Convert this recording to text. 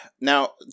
now